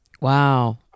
Wow